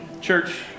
Church